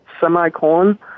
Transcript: semicolon